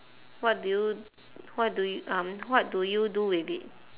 what do you what do y~ um what do you do with it